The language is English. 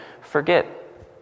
forget